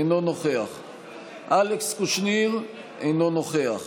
אדוני היושב-ראש, הממשלה אפילו לא התכנסה.